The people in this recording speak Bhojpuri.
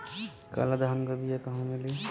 काला धान क बिया कहवा मिली?